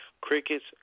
Crickets